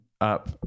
up